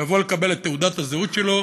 ויבוא לקבל את תעודת הזהות שלו,